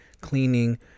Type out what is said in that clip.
cleaning